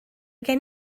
gen